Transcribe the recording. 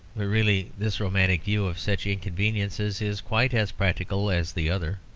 really this romantic view of such inconveniences is quite as practical as the other.